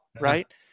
right